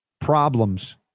problems